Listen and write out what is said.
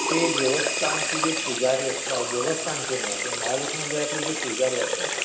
ते देवस्थानचे जे पुजारी असतात देवस्थानचे नाही आपल्या मंदिरातले जे पुजारी असतात